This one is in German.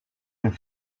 den